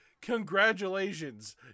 Congratulations